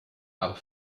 aber